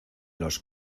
los